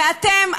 ואתם,